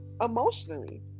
emotionally